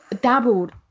dabbled